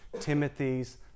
Timothy's